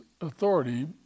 authority